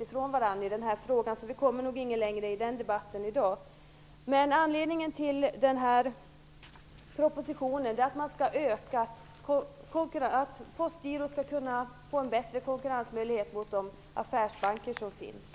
ifrån varandra i frågan, så vi kommer nog inte längre i debatten i dag. Men avsikten med propositionen är att Postgirot skall få en bättre möjlighet att konkurrera med affärsbankerna.